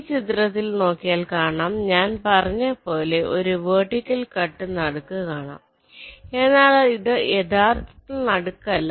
ഈ ചിത്രത്തിൽ നോക്കിയാൽ കാണാം ഞാൻ പറഞ്ഞത് പോലെ ഒരു വെർട്ടിക്കൽ കട്ട് നടുക്ക് കാണാം എന്നാൽ ഇത് യഥാർത്ഥ നടുക്ക് അല്ല